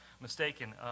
mistaken